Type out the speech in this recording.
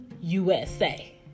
USA